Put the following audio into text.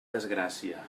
desgràcia